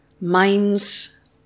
minds